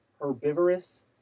herbivorous